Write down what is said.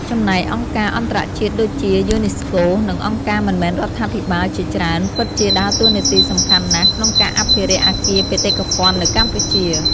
ចំណែកអង្គការអន្តរជាតិ ដូចជា យូណេស្កូ និងអង្គការមិនមែនរដ្ឋាភិបាលជាច្រើនពិតជាដើរតួនាទីសំខាន់ណាស់ក្នុងការអភិរក្សអគារបេតិកភណ្ឌនៅកម្ពុជា។